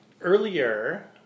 earlier